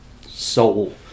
soul